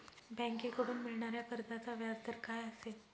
बँकेकडून मिळणाऱ्या कर्जाचा व्याजदर काय असेल?